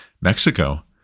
Mexico